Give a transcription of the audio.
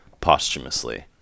posthumously